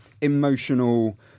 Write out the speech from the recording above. emotional